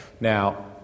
Now